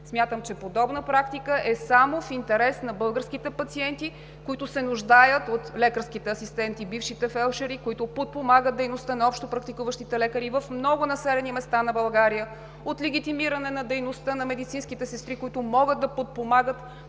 Смятам, че подобна практика е само в интерес на българските пациенти, които се нуждаят от лекарските асистенти – бившите фелдшери, които подпомагат дейността на общопрактикуващите лекари в много населени места на България. От легитимиране на дейността на медицинските сестри, които могат да подпомагат,